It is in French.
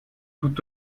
tout